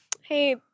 hey